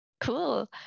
Cool